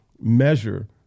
measure